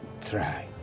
try